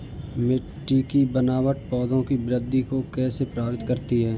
मिट्टी की बनावट पौधों की वृद्धि को कैसे प्रभावित करती है?